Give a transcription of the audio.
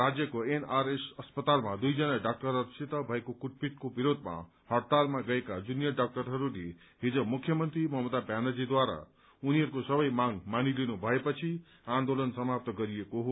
राज्यको एनआरएस अस्पतालमा दुइजना डाक्टरहरूसित भएको कुटपिटको विरोधमा हड़तालमा गएका जूनियर डाक्टरहरूले हिज मुख्यमन्त्री ममता ब्यानर्जीद्वारा उनीहरूको सबै माग मानिलिनु भएपछि आन्दोलन समाप्त गरिएको हो